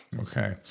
Okay